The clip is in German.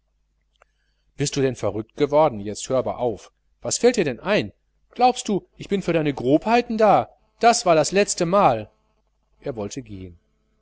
bist du denn verrückt geworden jetzt hör aber auf was fällt dir denn ein glaubst du ich bin für deine grobheiten da das war das letzte mal er wollte gehen